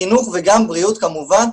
חינוך וגם בריאות כמובן,